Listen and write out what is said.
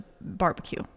barbecue